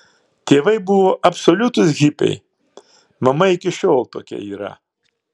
tėvai buvo absoliutūs hipiai mama iki šiol tokia yra